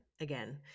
again